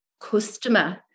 customer